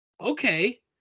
okay